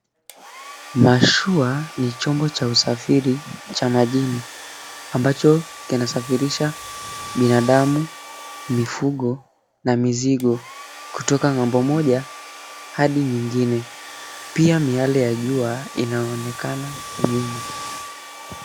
Mashua ni chombo cha usafiri cha majini ambacho kinasafirisha binadamu, mifugo na mizigo kutoka ng'ambo moja hadi nyingine. Pia miale ya jua inayoonekana nyuma.